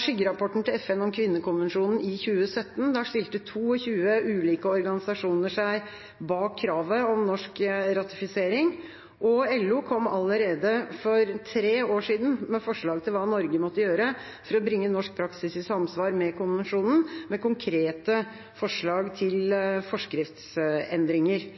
skyggerapporten til FN om kvinnekonvensjonen i 2017 stilte 22 ulike organisasjoner seg bak kravet om norsk ratifisering, og LO kom allerede for tre år siden med forslag til hva Norge måtte gjøre for å bringe norsk praksis i samsvar med konvensjonen, med konkrete forslag til forskriftsendringer.